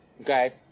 Okay